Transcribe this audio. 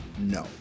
No